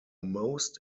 most